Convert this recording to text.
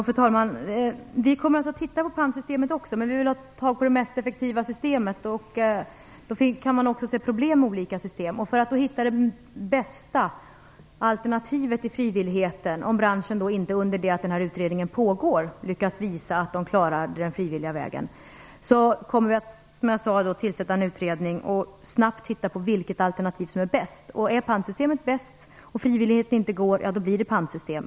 Fru talman! Vi kommer att studera också pantsystemet, men vi vill komma fram till det mest effektiva systemet, och det kan också finnas problem med olika system. För att hitta det bästa alternativet till frivilligheten, om branschen inte medan denna utredning pågår lyckas visa att den klarar målet på den frivilliga vägen, kommer vi, som jag sade, att tillsätta en utredning. Den skall snabbt komma fram till vilket alternativ som är bäst. Är pantsystemet bäst och man inte lyckas med frivilligheten, blir det ett pantsystem.